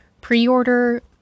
Pre-order